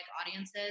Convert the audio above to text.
audiences